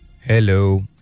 hello